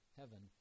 heaven